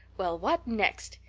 well, what next?